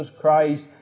Christ